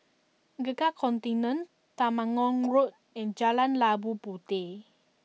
Gurkha Contingent Temenggong Road and Jalan Labu Puteh